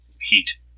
Heat